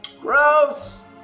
Gross